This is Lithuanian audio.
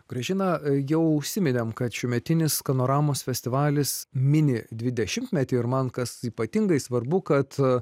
grąžina jau užsiminėme kad šiųmetinis skanoramos festivalis mini dvidešimtmetį ir man kas ypatingai svarbu kad